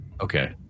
Okay